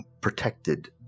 protected